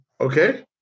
okay